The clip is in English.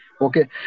Okay